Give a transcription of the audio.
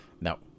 No